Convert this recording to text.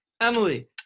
Emily